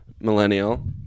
millennial